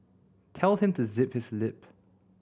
tell him to zip his lip